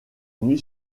nuit